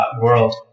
world